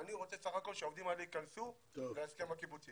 ואני רוצה סך הכול שהעובדים האלה ייכנסו להסכם הקיבוצי.